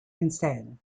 instead